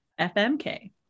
fmk